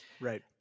Right